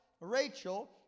Rachel